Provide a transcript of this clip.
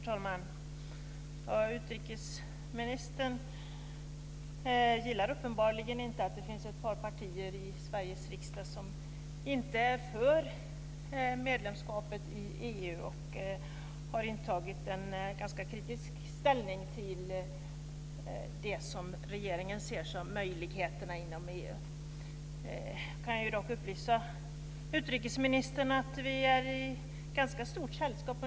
Herr talman! Utrikesministern gillar uppenbarligen inte att det finns ett par partier i Sveriges riksdag som inte är för medlemskapet i EU utan har intagit en ganska kritisk ståndpunkt till de möjligheter regeringen ser inom EU. Jag kan upplysa utrikesministern om att vi är i stort sällskap.